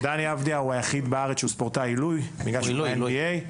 דני אבדיה הוא היחיד בקטגורית עילוי בגלל שהוא ב-NBA.